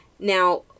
Now